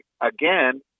again